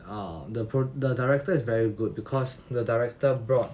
err the pro~ the director is very good because the director of brought